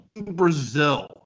Brazil